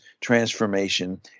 transformation